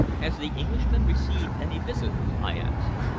has the englishman received any visitors? i asked.